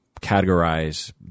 categorize